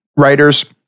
writers